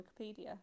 wikipedia